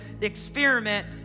experiment